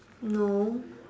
no